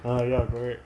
ah ya correct